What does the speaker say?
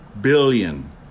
billion